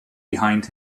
behind